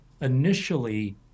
initially